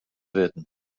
wurden